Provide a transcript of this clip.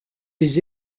des